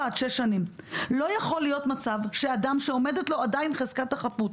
עד שש שנים לא יכול להיות מצב שאדם שעומדת לו עדיין חזקת החפות,